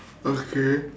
okay